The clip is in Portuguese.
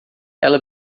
ela